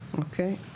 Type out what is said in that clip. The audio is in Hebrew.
אוקיי.